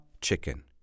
chicken